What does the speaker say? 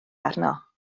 arno